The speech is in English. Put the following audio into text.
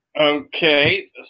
Okay